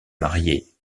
mariée